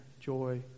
joy